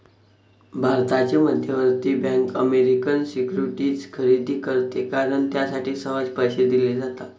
भारताची मध्यवर्ती bank American securities खरेदी करते कारण त्यासाठी सहज पैसे दिले जातात